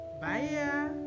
bye